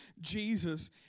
Jesus